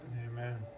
Amen